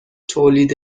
تولید